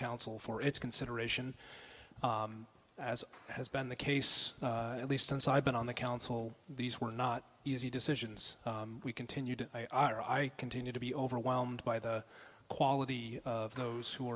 council for its consideration as has been the case at least since i've been on the council these were not easy decisions we continued our i continue to be overwhelmed by the quality of those who